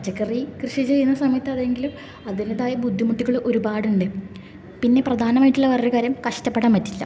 ഇപ്പം പച്ചക്കറി കൃഷി ചെയ്യുന്ന സമയത്ത് അതെങ്കിലും അതിൻറ്റേതായ ബുദ്ധിമുട്ടുകൾ ഒരുപാടുണ്ട് പിന്നെ പ്രധാനമായിട്ടുള്ള വേറൊരു കാര്യം കഷ്ടപ്പെടാൻ പറ്റില്ല